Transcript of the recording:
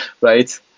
Right